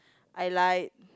I lied